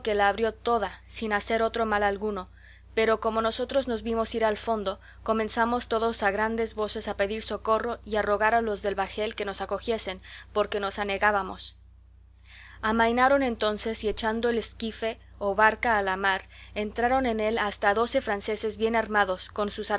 la abrió toda sin hacer otro mal alguno pero como nosotros nos vimos ir a fondo comenzamos todos a grandes voces a pedir socorro y a rogar a los del bajel que nos acogiesen porque nos anegábamos amainaron entonces y echando el esquife o barca a la mar entraron en él hasta doce franceses bien armados con sus